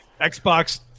Xbox